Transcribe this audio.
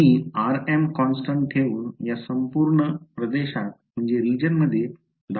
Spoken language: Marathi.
मी rm कॉन्स्टन्ट ठेऊन या संपूर्ण प्रदेशात धावतो आहे